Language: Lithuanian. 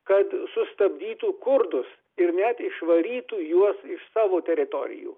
kad sustabdytų kurdus ir net išvarytų juos iš savo teritorijų